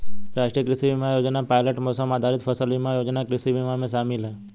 राष्ट्रीय कृषि बीमा योजना पायलट मौसम आधारित फसल बीमा योजना कृषि बीमा में शामिल है